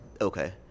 Okay